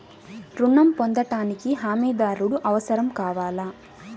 ఋణం పొందటానికి హమీదారుడు అవసరం కావాలా?